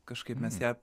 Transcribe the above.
kažkaip mes ją